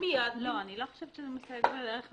-- אני לא חושבת שהוא מסייג בדרך ממוחשבת.